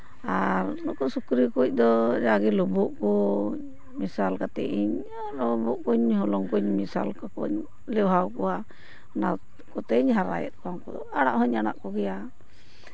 ᱟᱨ ᱱᱩᱠᱩ ᱥᱩᱠᱨᱤ ᱠᱚᱫᱚ ᱡᱟᱜᱮ ᱞᱩᱵᱩᱜ ᱠᱚ ᱢᱮᱥᱟᱞ ᱠᱟᱛᱮᱫ ᱤᱧ ᱞᱩᱵᱩᱜ ᱠᱚᱧ ᱦᱚᱞᱚᱝ ᱠᱚᱧ ᱢᱮᱥᱟᱞ ᱠᱟᱠᱚᱣᱟᱧ ᱞᱮᱣᱦᱟᱣᱟᱠᱚᱣᱟ ᱚᱱᱟ ᱠᱚᱛᱮᱧ ᱦᱟᱨᱟᱭᱮᱫ ᱠᱚᱣᱟ ᱩᱱᱠᱩ ᱟᱲᱟᱜ ᱦᱚᱧ ᱟᱲᱟᱜ ᱠᱚᱜᱮᱭᱟ